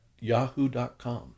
yahoo.com